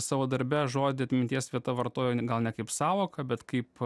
savo darbe žodį atminties vieta vartojo gal ne kaip sąvoką bet kaip